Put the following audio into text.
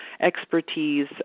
expertise